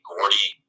Gordy